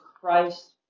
Christ